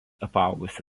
apaugusi